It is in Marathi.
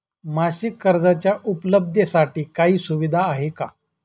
मासिक कर्जाच्या उपलब्धतेसाठी काही सुविधा आहे का?